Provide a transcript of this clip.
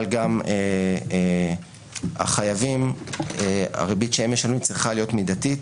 אבל הריבית שהחייבים משלמים צריכה להיות מידתית,